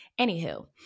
anywho